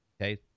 Okay